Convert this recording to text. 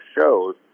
shows